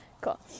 cool